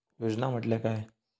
योजना म्हटल्या काय?